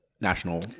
national